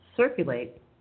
circulate